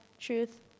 truth